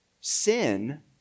sin